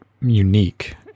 unique